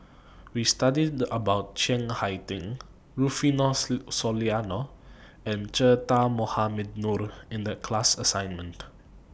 We studied about Chiang Hai Ding Rufino Soliano and Che Dah Mohamed Noor in The class assignment